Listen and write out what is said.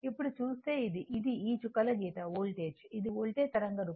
ఇప్పుడు చూస్తే ఇది ఇది ఈ చుక్కల గీత వోల్టేజ్ ఇది వోల్టేజ్ తరంగ రూపం